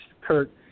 Kurt